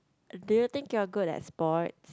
do you think you are good in sports